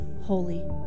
holy